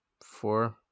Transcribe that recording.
four